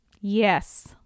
Yes